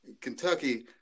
Kentucky